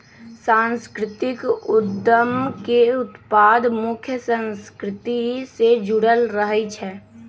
सांस्कृतिक उद्यम के उत्पाद मुख्य संस्कृति से जुड़ल रहइ छै